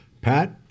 Pat